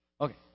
Okay